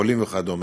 עולים וכדומה,